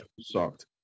sucked